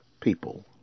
people